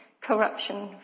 corruption